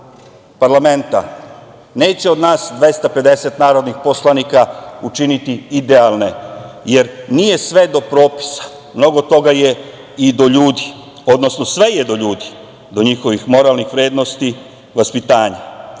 neće od nas 250 narodnih poslanika učiniti idealne, jer nije sve do propisa, mnogo toga je i do ljudi. Odnosno, sve je do ljudi, do njihovih moralnih vrednosti, vaspitanja.